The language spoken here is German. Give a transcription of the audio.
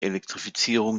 elektrifizierung